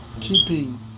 keeping